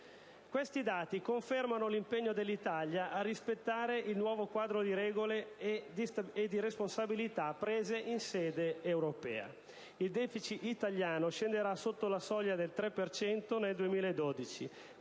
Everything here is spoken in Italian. Questi dati confermano l'impegno dell'Italia a rispettare il nuovo quadro di regole e di responsabilità stabilito in sede europea. Il deficit italiano scenderà sotto la soglia del 3 per cento